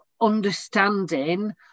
understanding